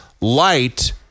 light